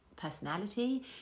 personality